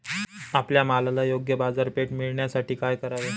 आपल्या मालाला योग्य बाजारपेठ मिळण्यासाठी काय करावे?